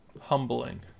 Humbling